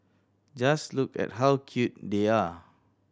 just look at how cute they are